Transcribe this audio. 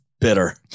bitter